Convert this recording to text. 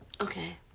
Okay